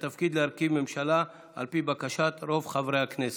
התפקיד להרכיב ממשלה על פי בקשת רוב חברי הכנסת.